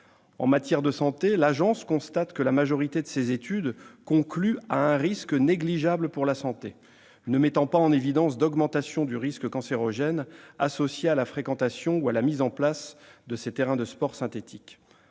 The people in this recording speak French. En matière de santé, l'Agence constate que la majorité de ces études concluent à « un risque négligeable pour la santé » en ne mettant pas en évidence d'augmentation du risque cancérogène associée à la fréquentation ou à la mise en place de terrains de sport synthétiques.